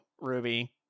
Ruby